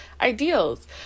ideals